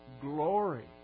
glory